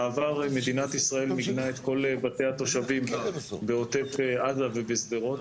בעבר מדינת ישראל מיגנה את כל בתי התושבים בעוטף עזה ובשדרות,